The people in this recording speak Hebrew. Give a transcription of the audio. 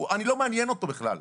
אני לא מעניין אותו בכלל.